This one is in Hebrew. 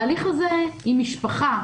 בהליך הזה אם משפחה,